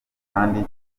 kandi